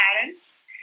parents